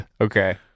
Okay